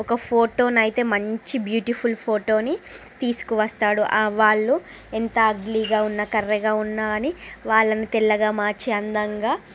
ఒక ఫోటోను అయితే మంచి బ్యూటిఫుల్ ఫోటోని తీసుకువస్తాడు వాళ్ళు ఎంత అగ్లీగా ఉన్నా కర్రిగా ఉన్నాకానీ వాళ్ళని తెల్లగా మార్చి అందంగా